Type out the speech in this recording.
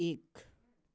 एक